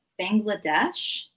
Bangladesh